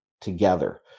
together